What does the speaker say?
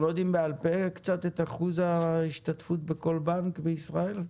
לא יודעים בעל פה קצת את אחוז ההשתתפות בכל בנק בישראל,